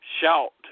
shout